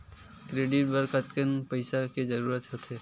Credit बर कतेकन पईसा के जरूरत होथे?